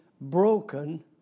broken